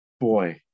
boy